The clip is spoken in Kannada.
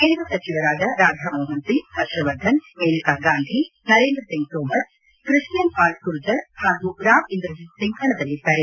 ಕೇಂದ್ರ ಸಚಿವರಾದ ರಾಧಾ ಮೋಹನ್ ಸಿಂಗ್ ಹರ್ಷವರ್ಧನ್ ಮೇನಕ ಗಾಂಧಿ ನರೇಂದ್ರ ಸಿಂಗ್ ತೋಮರ್ ಕೃಷನ್ ಪಾಲ್ ಗುರ್ಜರ್ ಹಾಗೂ ರಾವ್ ಇಂದ್ರಜಿತ್ ಸಿಂಗ್ ಕಣದಲ್ಲಿದ್ದಾರೆ